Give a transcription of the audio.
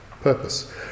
purpose